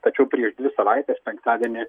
tačiau prieš dvi savaites penktadienį